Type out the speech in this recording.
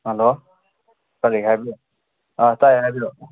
hello ꯀꯔꯤ ꯍꯥꯏꯕꯤꯌꯨ ꯑꯥ ꯇꯥꯏ ꯍꯥꯏꯕꯤꯔꯛꯑꯣ